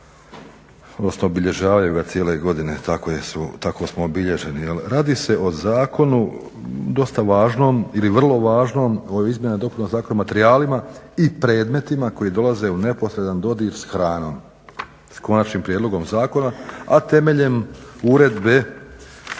odnosno obilježavaju ga cijele godine, tako smo obilježeni. Radi se o zakonu, dosta važnom ili vrlo važnom o izmjenama i dopunama Zakona o materijalima i predmetima koji dolaze u neposredan dodir s hranom, s konačnim prijedlogom zakona, a temeljem uredbe